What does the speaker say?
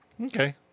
Okay